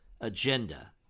agenda